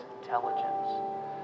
intelligence